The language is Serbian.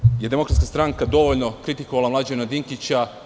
Mislim da je Demokratska stranka dovoljno kritikovala Mlađana Dinkića.